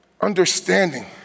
Understanding